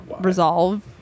resolve